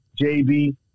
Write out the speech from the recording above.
JB